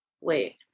wait